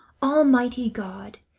almighty god!